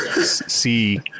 See